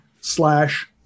slash